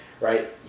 Right